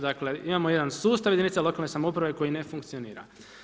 Dakle imamo jedan sustav jedinica lokalne samouprave koji ne funkcionira.